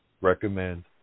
recommend